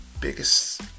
biggest